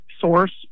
source